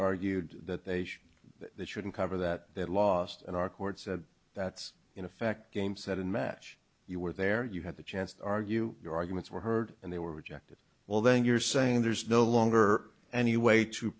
argued that they shouldn't cover that at last in our courts that's in effect game set and match you were there you had the chance to argue your arguments were heard and they were rejected well then you're saying there's no longer any way to